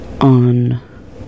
on